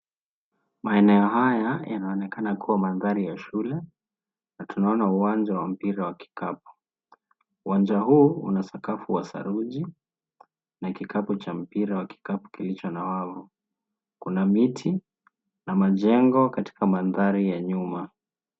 Maeneo haya yanaonekana kuwa mandhari ya shule na tunaona uwanja wa mpira wa kikapu. Uwanja huu una sakafu wa saruji na kikapu cha mipira wa kikapu kilicho na wao. Kuna miti na majengo katika mandhari ya nyuma.